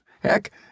Heck